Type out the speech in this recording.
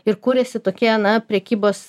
ir kūrėsi tokie na prekybos